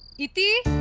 ithi?